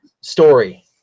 story